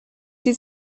sie